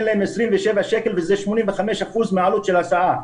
להם 27 שקלים וזה 85% מהעלות של ההסעה.